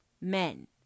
men